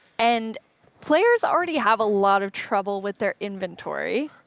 and players already have a lot of trouble with their inventory